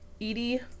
Edie